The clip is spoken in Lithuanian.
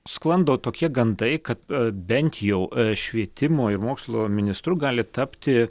sklando tokie gandai kad bent jau švietimo ir mokslo ministru gali tapti